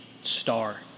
star